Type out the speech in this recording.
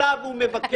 בכתב הוא מבקש,